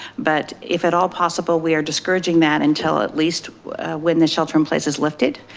but if at all possible, we are discouraging that until at least when the shelter in place is lifted.